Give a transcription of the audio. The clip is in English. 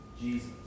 Jesus